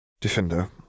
Defender